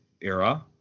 era